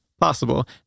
possible